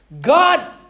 God